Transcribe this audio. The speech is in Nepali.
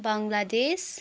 बङ्लादेश